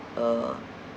uh